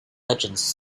legends